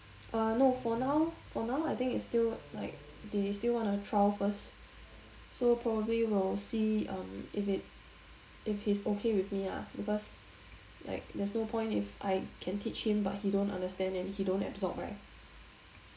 err no for now for now I think it's still like they still want a trial first so probably will see um if it if he's okay with me ah because like there's no point if I can teach him but he don't understand and he don't absorb right